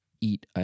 eat